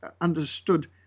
understood